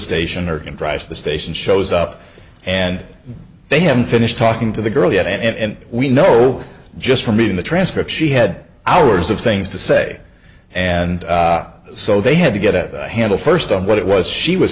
station or drives the station shows up and they haven't finished talking to the girl yet and we know just from reading the transcript she had hours of things to say and so they had to get a handle first on what it was she was